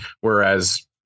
whereas